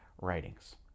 writings